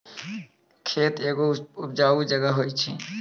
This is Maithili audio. खेत एगो उपजाऊ जगह होय छै